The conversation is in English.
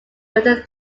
within